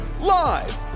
live